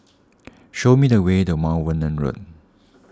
show me the way to Mount Vernon Road